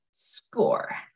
score